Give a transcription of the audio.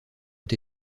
ont